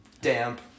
damp